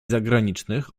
zagranicznych